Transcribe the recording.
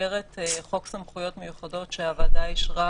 במסגרת חוק סמכויות מיוחדות שהוועדה אישרה